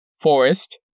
Forest